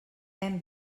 hem